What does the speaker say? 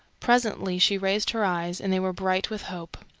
presently she raised her eyes, and they were bright with hope.